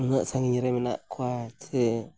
ᱱᱩᱱᱟᱹᱜ ᱥᱟᱺᱜᱤᱧ ᱨᱮ ᱢᱮᱱᱟᱜ ᱠᱚᱣᱟ ᱥᱮ